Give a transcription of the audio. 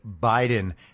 Biden